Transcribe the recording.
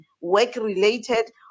work-related